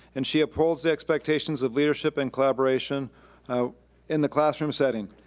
and she upholds the expectations of leadership and collaboration in the classroom setting.